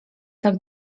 tak